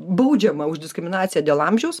baudžiama už diskriminaciją dėl amžiaus